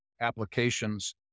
applications